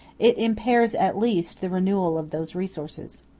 it impairs at least the renewal of those resources.